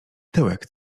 tyłek